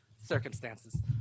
circumstances